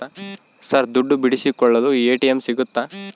Sir ದುಡ್ಡು ಬಿಡಿಸಿಕೊಳ್ಳಲು ATM ಸಿಗುತ್ತಾ?